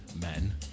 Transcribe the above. men